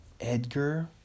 Edgar